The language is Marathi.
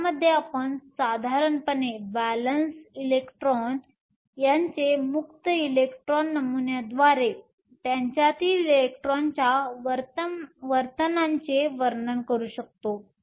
यामध्ये आपण साधारणपणे व्हॅलेंस इलेक्ट्रॉन यांचे मुक्त इलेक्ट्रॉन नमुन्याद्वारे त्यांच्यातील इलेक्ट्रॉनच्या वर्तनाचे वर्णन करू शकतो